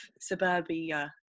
suburbia